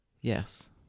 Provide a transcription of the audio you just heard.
Yes